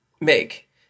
make